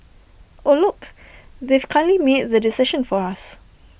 oh look they've kindly made the decision for us